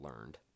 learned